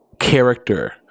character